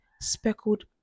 speckled